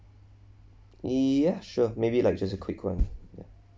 ya sure maybe like just a quick one